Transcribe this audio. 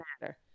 matter